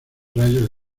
rayos